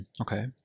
Okay